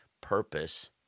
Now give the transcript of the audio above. purpose